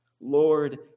Lord